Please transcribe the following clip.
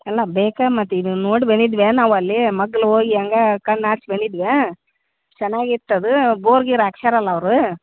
ಅಲ್ಲ ಬೇಕಾ ಮತ್ತಿದು ನೋಡಿ ಬಂದಿದ್ವಿ ನಾವಲ್ಲಿ ಮಕ್ಕಳು ಹೋಗಿ ಹಾಗೆ ಕಣ್ಣಾಡಿಸಿ ಬಂದಿದ್ವಿ ಚೆನ್ನಾಗಿತ್ತು ಅದು ಬೋರ್ ಗೀರ್ ಹಾಕ್ಸ್ಯಾರಲ್ಲ ಅವರು